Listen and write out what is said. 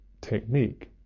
technique